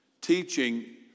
teaching